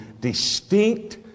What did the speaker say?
distinct